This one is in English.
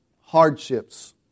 hardships